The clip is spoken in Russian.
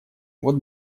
вот